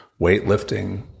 weightlifting